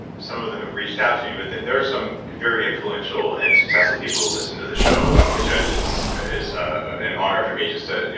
some of them reached out to me but there are some very influential and successful people who listen to this show which is is ah an honor for me just to,